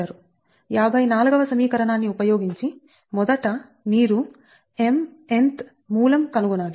54 వ సమీకరణాన్ని ఉపయోగించి మొదట మీరు mnth మూలం కనుగొనాలి